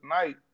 tonight